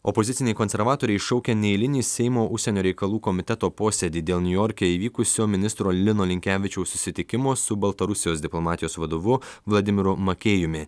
opoziciniai konservatoriai šaukia neeilinį seimo užsienio reikalų komiteto posėdį dėl niujorke įvykusio ministro lino linkevičiaus susitikimo su baltarusijos diplomatijos vadovu vladimiru makėjumi